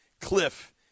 Cliff